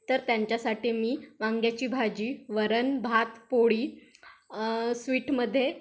तर त्यांच्यासाठी मी वांग्याची भाजी वरण भात पोळी स्वीटमध्ये